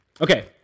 Okay